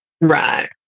right